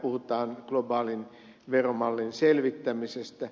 puhutaan globaalin veromallin selvittämisestä